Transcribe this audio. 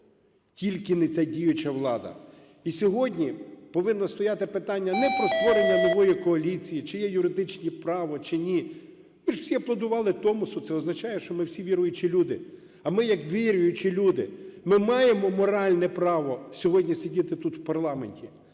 тільки не ця діюча влада. І сьогодні повинно стояти питання не про створення нової коаліції, чи є юридичне право чи ні. Ми ж всі аплодували Томосу, це означає, що ми всі віруючі люди. А ми як віруючі люди, ми маємо моральне право сьогодні сидіти тут в парламенті?